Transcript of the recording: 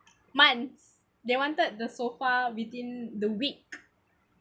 months they wanted the sofa within the week